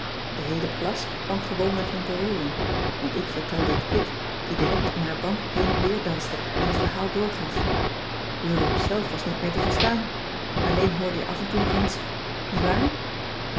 de heele klas kwam gewoonweg in beroering want ik vertelde het kit die direct in haar bank heen en weer danste en het verhaal doorgaf rurop zelf was niet meer te verstaan alleen hoorde je af en toe nog eens niewaar